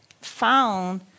found